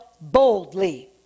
boldly